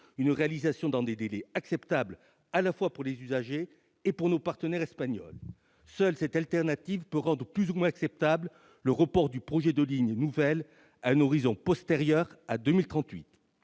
des délais et à des coûts acceptables à la fois pour les usagers et pour nos partenaires espagnols. Elle seule peut rendre plus ou moins acceptable le report du projet de ligne nouvelle à un horizon postérieur à 2038.